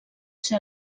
ser